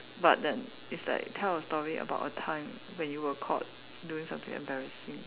but then it's like tell a story about a time when you were caught doing something embarrassing